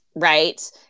right